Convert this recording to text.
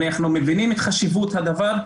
אנחנו מבינים את חשיבות הדבר,